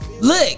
Look